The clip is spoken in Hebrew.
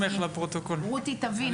רותי תוינה.